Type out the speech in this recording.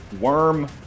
Worm